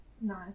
Nice